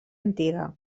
antiga